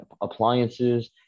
appliances